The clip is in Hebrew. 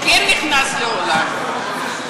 הוא כן נכנס לאולם.